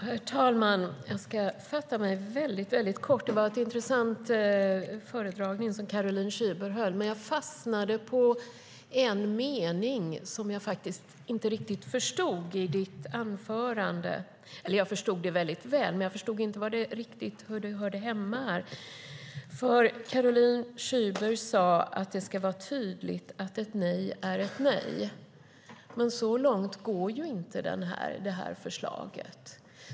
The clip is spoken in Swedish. Herr talman! Jag ska fatta mig kort. Det var en intressant föredragning som Caroline Szyber höll. Men jag fastnade på en mening i anförandet som jag inte riktigt förstod - eller egentligen förstod jag den mycket väl, men jag förstod inte riktigt var den hörde hemma. Caroline Szyber sade att det ska vara tydligt att ett nej är ett nej. Men så långt går inte förslaget.